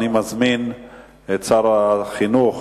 אני מזמין את שר החינוך,